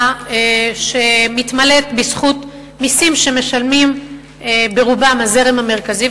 שמתמלאת בזכות מסים שמשלמים ברובם הזרם המרכזי,